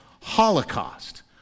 holocaust